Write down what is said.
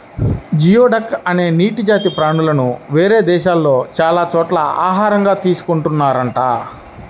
geoduck అనే నీటి జాతి ప్రాణులను వేరే దేశాల్లో చాలా చోట్ల ఆహారంగా తీసుకున్తున్నారంట